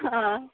हां